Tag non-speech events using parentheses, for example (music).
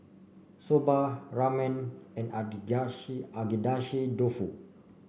Soba Ramen and (unintelligible) Agedashi Dofu